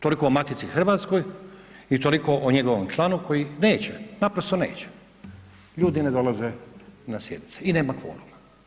Toliko o Matici Hrvatskoj i toliko o njegovom članu koji neće, naprosto neće, ljudi ne dolaze na sjednice i nema kvoruma.